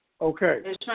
Okay